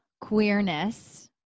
Queerness